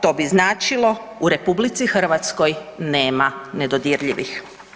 To bi značilo, u RH nema nedodirljivih.